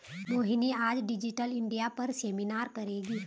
मोहिनी आज digital India पर seminar करेगी